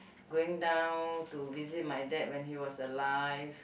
going down to visit my dad when he was alive